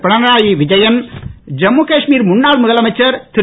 பினரயி விஜயன் தம்மு காஷ்மீர் முன்னாள் முதலமைச்சர் திரு